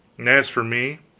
and as for me,